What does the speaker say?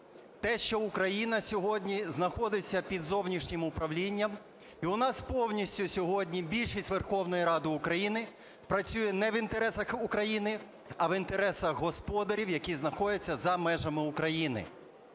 те, що Україна сьогодні знаходиться під зовнішнім управлінням, і у нас повністю сьогодні більшість Верховної Ради України працює не в інтересах України, а в інтересах господарів, які знаходяться за межами України.